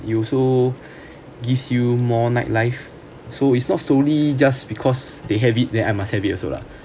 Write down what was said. it also gives you more nightlife so it's not solely just because they have it then I must have it also lah